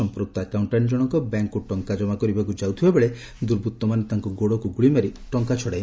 ସମ୍ମୁକ୍ତ ଆକାଉଣ୍କାଣ୍ ଜଶକ ବ୍ୟାଙ୍କକୁ ଟଙ୍କା ଜମା କରିବାକୁ ଯାଉଥିବାବେଳେ ଦୁର୍ବୁଉମାନେ ତାଙ୍କ ଗୋଡକୁ ଗୁଳିମାରି ଟଙ୍କା ଛଡାଇ ନେଇଛନ୍ତି